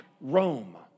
Rome